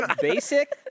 basic